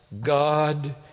God